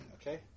okay